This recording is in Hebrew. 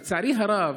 לצערי הרב,